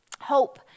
hope